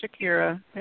Shakira